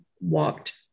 walked